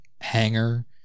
hanger